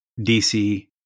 DC